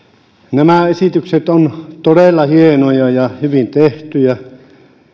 nämä esitykset ovat todella hienoja ja hyvin tehtyjä